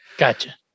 Gotcha